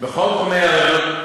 בכל תחומי האוריינות,